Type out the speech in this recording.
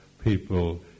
People